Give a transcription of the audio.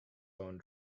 bone